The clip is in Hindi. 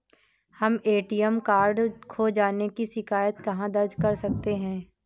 हम ए.टी.एम कार्ड खो जाने की शिकायत कहाँ दर्ज कर सकते हैं?